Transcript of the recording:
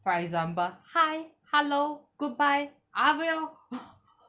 for example hi hello goodbye avrio